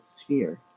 sphere